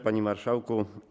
Panie Marszałku!